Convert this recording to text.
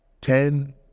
ten